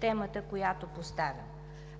темата, която поставям.